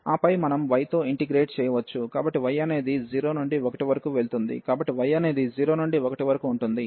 ఆపై మనం y తో ఇంటిగ్రేట్ చేయవచ్చు కాబట్టి y అనేది 0 నుండి 1 వరకు వెళుతుంది కాబట్టి y అనేది 0 నుండి 1 వరకు ఉంటుంది